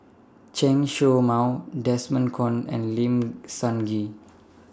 Chen Show Mao Desmond Kon and Lim Sun Gee